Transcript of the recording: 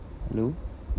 hello